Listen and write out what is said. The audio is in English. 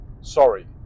Sorry